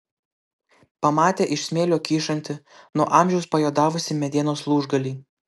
pamatė iš smėlio kyšantį nuo amžiaus pajuodavusį medienos lūžgalį